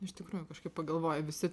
iš tikrųjų kažkaip pagalvojau visi